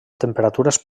temperatures